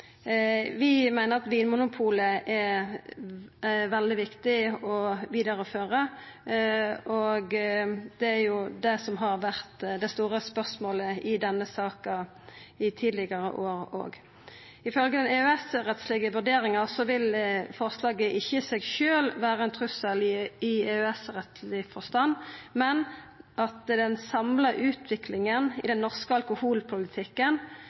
Vi meiner at det er veldig viktig å vidareføra Vinmonopolet, og det er det som har vore det store spørsmålet i denne saka også tidlegare år. Ifølgje den EØS-rettslege vurderinga vil forslaget ikkje i seg sjølv vera ein trussel i EØS-rettsleg forstand, men den samla utviklinga i den norske alkoholpolitikken